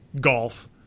golf